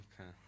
Okay